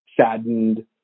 saddened